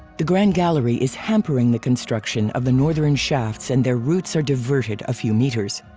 the grand gallery is hampering the construction of the northern shafts and their routes are diverted a few meters.